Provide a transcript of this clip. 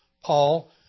Paul